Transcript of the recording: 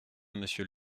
monsieur